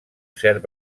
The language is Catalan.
cert